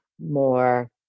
more